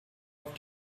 auf